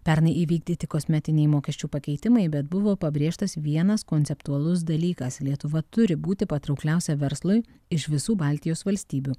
pernai įvykdyti kosmetiniai mokesčių pakeitimai bet buvo pabrėžtas vienas konceptualus dalykas lietuva turi būti patraukliausia verslui iš visų baltijos valstybių